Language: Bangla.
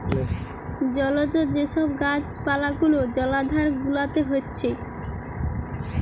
জলজ যে সব গাছ পালা গুলা জলাধার গুলাতে হচ্ছে